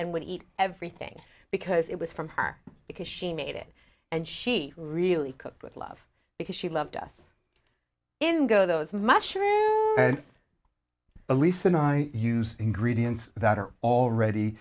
and would eat everything because it was from her because she made it and she really cooked with love because she loved us in go those mushroom elise and i used ingredients that are already